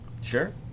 Sure